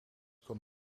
kon